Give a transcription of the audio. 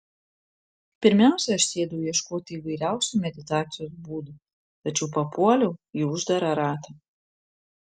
pirmiausia aš sėdau ieškoti įvairiausių meditacijos būdų tačiau papuoliau į uždarą ratą